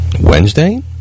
Wednesday